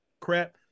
crap